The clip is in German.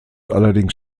allerdings